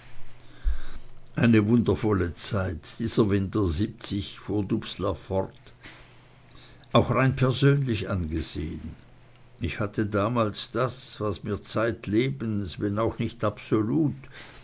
eine wundervolle zeit dieser winter siebzig fuhr dubslav fort auch rein persönlich angesehn ich hatte damals das was mir zeitlebens wenn auch nicht absolut